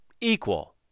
equal